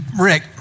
Rick